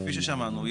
כפי ששמענו,